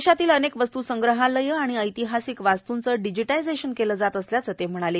देशातल्या अनेक वस्त्संग्राहलयं आणि ऐतिहासिक वास्तुंचं डिजीटायझेशन केलं जात असल्याचं ते म्हणाले